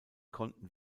konnten